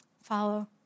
follow